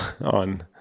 on